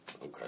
Okay